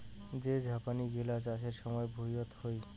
যে ঝাপনি গিলা চাষের সময়ত ভুঁইতে হই